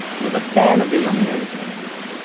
he was a fan of the yomiuri giants,